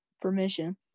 permission